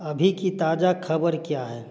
अभी की ताज़ा खबर क्या है